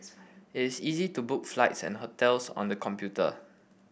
it is easy to book flights and hotels on the computer